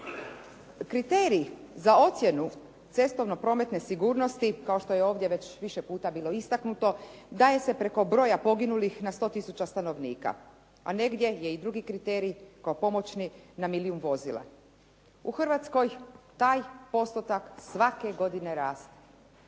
Kriterij za ocjenu cestovno prometne sigurnosti kao što je ovdje već više puta bilo istaknuto daje se preko broja poginulih na 100 tisuća stanovnika, a negdje je i drugi kriterij kao pomoćni na milijun vozila. U Hrvatskoj taj postotak svake godine raste.